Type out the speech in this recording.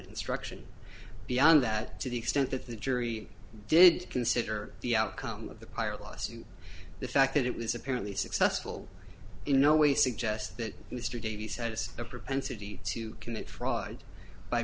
instruction beyond that to the extent that the jury did consider the outcome of the prior lawsuit the fact that it was apparently successful in no way suggests that mr davy said it's a propensity to commit fraud by